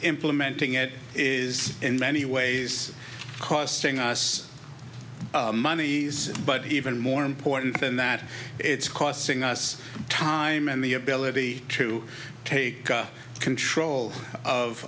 implementing it is in many ways costing us money but even more important than that it's costing us time and the ability to take control of